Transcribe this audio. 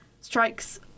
strikes